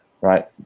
right